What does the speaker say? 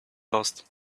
lost